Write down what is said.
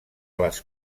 les